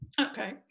Okay